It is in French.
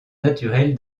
naturelle